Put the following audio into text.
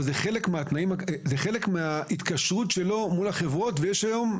אבל זה חלק מההתקשרות שלו מול החברות, ויש היום,